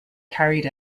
carried